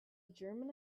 german